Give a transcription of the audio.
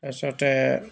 তাৰপিছতে